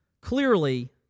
Clearly